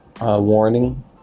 warning